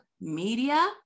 media